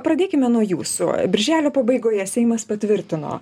pradėkime nuo jūsų birželio pabaigoje seimas patvirtino